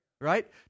right